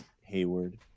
Hayward